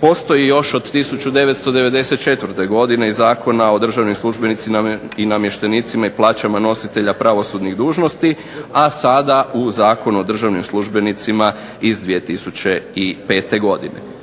postoji još od 1994. godine iz Zakona o državnim službenicima i namještenicima i plaćama nositelja pravosudnih dužnosti, a sada u Zakonu o državnim službenicima iz 2005. godine.